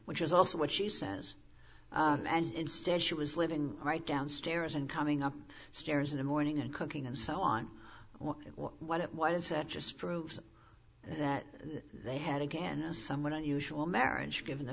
which is also what she says and instead she was living right downstairs and coming up stairs in the morning and cooking and so on what it was that just proves that they had again a somewhat unusual marriage given the